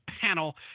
panel